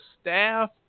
staff